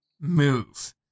move